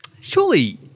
Surely